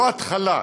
לא התחלה,